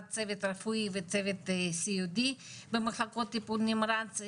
הצוות הרפואי וצוות סיעודי במחלקות טיפול נמרץ,